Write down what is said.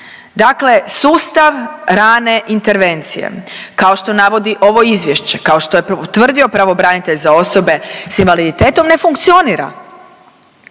Dakle, sustav rane intervencije kao što navodi ovo izvješće, kao što je tvrdio pravobranitelj za osobe s invaliditetom ne funkcionira,